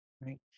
right